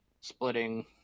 splitting